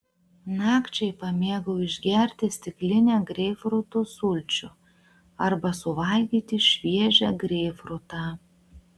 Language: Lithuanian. nakčiai pamėgau išgerti stiklinę greipfrutų sulčių arba suvalgyti šviežią greipfrutą